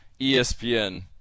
ESPN